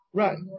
right